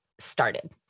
started